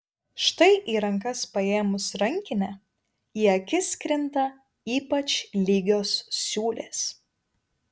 štai į rankas paėmus rankinę į akis krinta ypač lygios siūlės